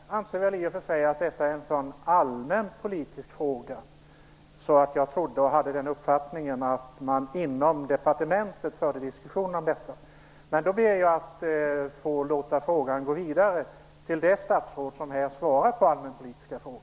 Fru talman! Jag anser i och för sig att detta är en allmän politisk fråga, och jag hade den uppfattningen att man inom departementet förde en diskussion om detta. Jag ber att få låta frågan gå vidare till det statsråd som här svarar på allmänpolitiska frågor.